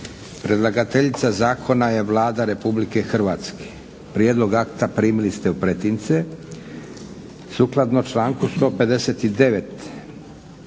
Predlagateljica zakona je Vlada Republike Hrvatske. Prijedlog akta primili ste u pretince. Sukladno članku 159.